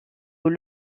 aux